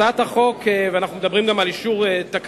הצעת החוק, ואנחנו מדברים גם על אישור תקנות